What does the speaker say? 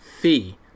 fee